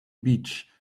beach